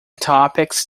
topics